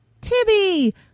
Tibby